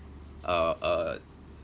uh uh